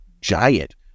giant